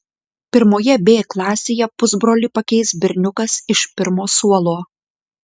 pirmoje b klasėje pusbrolį pakeis berniukas iš pirmo suolo